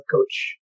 coach